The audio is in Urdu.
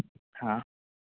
ہاں